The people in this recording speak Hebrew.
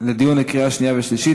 לקריאה שנייה ושלישית.